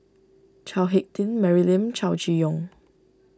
Chao Hick Tin Mary Lim Chow Chee Yong